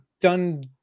done –